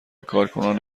کارکنان